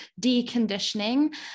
deconditioning